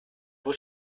wohl